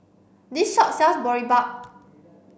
this shop sells Boribap